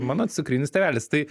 mano cukrinis tėvelis tai